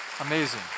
Amazing